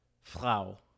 Frau